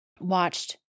watched